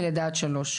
מלידה עד שלוש,